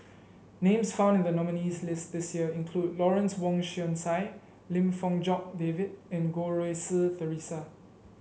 names found in the nominees' list this year include Lawrence Wong Shyun Tsai Lim Fong Jock David and Goh Rui Si Theresa